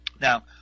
Now